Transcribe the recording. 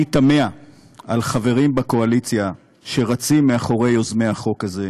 אני תמה על חברים בקואליציה שרצים מאחורי יוזמי החוק הזה,